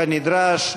כנדרש.